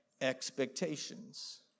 expectations